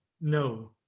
no